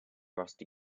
rusty